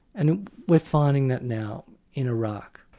and we're finding that now in iraq.